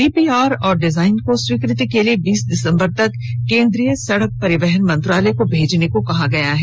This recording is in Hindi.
डीपीआर और डिजाइन को स्वीकृति के लिए बीस दिसंबर तक केंद्रीय सड़क परिवहन मंत्रालय को भेजने को कहा गया है